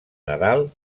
nadal